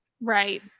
right